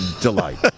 delight